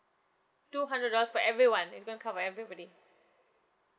two hundred dollars for everyone it's gonna cover everybody